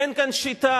אין כאן שיטה.